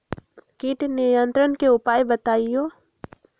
किट नियंत्रण के उपाय बतइयो?